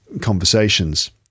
conversations